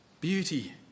beauty